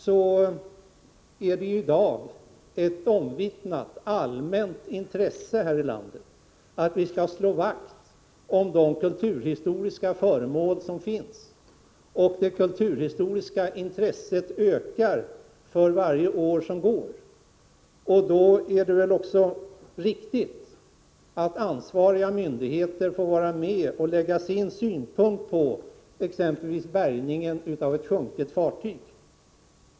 I dag är det ett omvittnat allmänt intresse här i landet att vi skall slå vakt om de kulturhistoriska föremål som finns. Det kulturhistoriska intresset ökar för varje år som går. Det är väl då riktigt att ansvariga myndigheter får vara med och ge sina synpunkter på exempelvis bärgningen av ett sjunket fartyg.